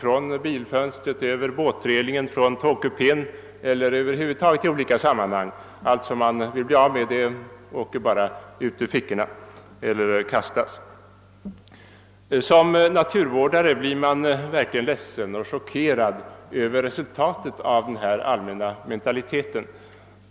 Man kastar skräp från bilfönstret, över båt relingen, från tågkupén — allt som man vill bli av med bara slängs. Som naturvårdare blir man verkligen ledsen och chockerad av resultatet av denna allmänna mentalitet.